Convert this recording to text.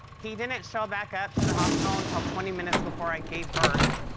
he didn't show back up to the hospital until twenty minutes before i gave birth.